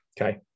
Okay